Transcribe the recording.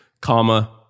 comma